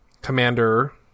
commander